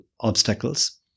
obstacles